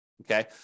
okay